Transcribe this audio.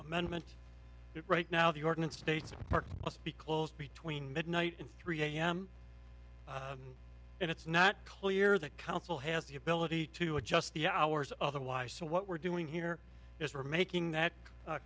amendment right now the ordinance states must be closed between midnight and three am and it's not clear the council has the ability to adjust the hours otherwise so what we're doing here is we're making that